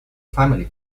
family